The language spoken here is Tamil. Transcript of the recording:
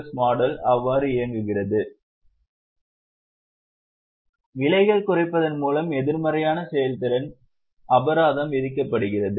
எஸ் மாடல் அவ்வாறு இயங்குகிறது விலைகள் குறைப்பதன் மூலம் எதிர்மறையான செயல்திறன் அபராதம் விதிக்கப்படுகிறது